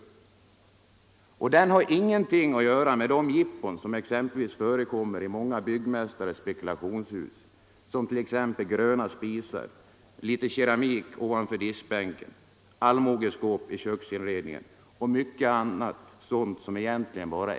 Den har ingenting Onsdagen den att göra med de jippon som förekommer i många byggmästares spe 11 december 1974 kulationshus — gröna spisar, litet keramik ovanför diskbänken, allmogeskåp i köksinredningen och mycket annat sådant som bara är glitter.